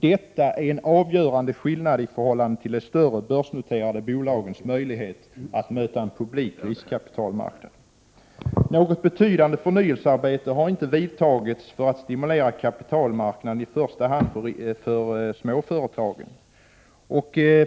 Detta är en avgörande skillnad i förhållande till de större börsnoterade bolagens möjlighet att möta en publik riskkapitalmarknad. Något betydande förnyelsearbete har inte vidtagits för att stimulera kapitalmarknaden till småföretagen.